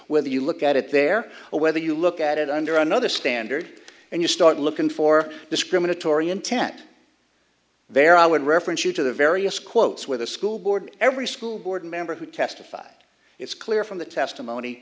whether you look at it there or whether you look at it under another standard and you start looking for discriminatory intent there i would reference you to the various quotes where the school board every school board member who testified it's clear from the testimony